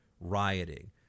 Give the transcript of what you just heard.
rioting